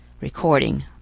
Recording